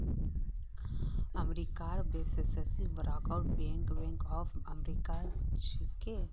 अमेरिकार सबस बरका बैंक बैंक ऑफ अमेरिका छिके